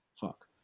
fuck